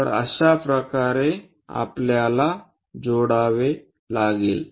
तर अश्या प्रकारे आपल्याला जोडावे लागेल